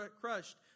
crushed